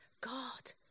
God